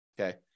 Okay